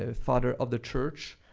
ah father of the church,